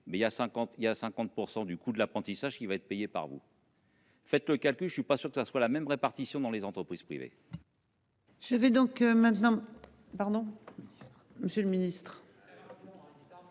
a 50 il y a 50% du coût de l'apprentissage qui va être payé par vous.-- Faites le calcul, je ne suis pas sûr que ça soit la même répartition dans les entreprises privées.